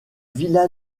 villa